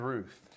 Ruth